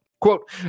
quote